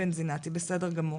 בסדר גמור.